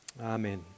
Amen